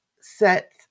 set